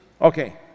Okay